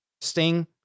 Sting